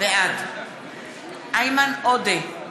בעד איימן עודה,